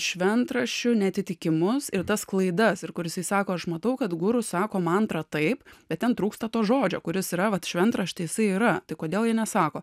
šventraščių neatitikimus ir tas klaidas ir kur jisai sako aš matau kad guru sako mantrą taip bet ten trūksta to žodžio kuris yra vat šventrašty jisai yra tai kodėl jo nesako